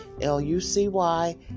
l-u-c-y